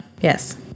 Yes